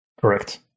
Correct